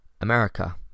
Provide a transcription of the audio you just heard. America